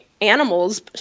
animals